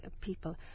people